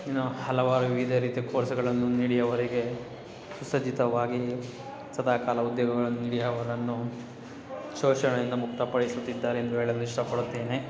ಇನ್ನು ಹಲವಾರು ವಿವಿಧ ರೀತಿಯ ಕೋರ್ಸುಗಳನ್ನು ನೀಡಿ ಅವರಿಗೆ ಸುಸಜ್ಜಿತವಾಗಿ ಸದಾಕಾಲ ಉದ್ಯೋಗಗಳನ್ನು ನೀಡಿ ಅವರನ್ನು ಶೋಷಣೆಯಿಂದ ಮುಕ್ತಪಡಿಸುತ್ತಿದ್ದಾರೆ ಎಂದು ಹೇಳಲು ಇಷ್ಟಪಡುತ್ತೇನೆ